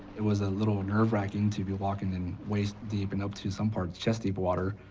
it was a little nerve-wracking to be walking in waist deep, and up to some parts chest-deep water,